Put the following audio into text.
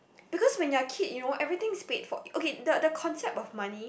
because when you're a kid you know everything is paid for okay the the concept of money